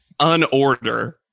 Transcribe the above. unorder